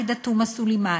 עאידה תומא סלימאן,